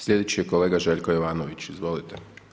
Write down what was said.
Slijedeći je kolega Željko Jovanović, izvolite.